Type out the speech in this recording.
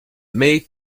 may